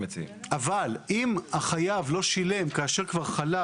הממוצע הוא 70%. אם 70% משלמים אחרי